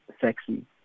sexy